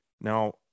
now